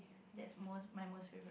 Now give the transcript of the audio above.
that's most my most favorite